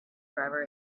driver